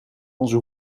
onze